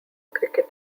cricket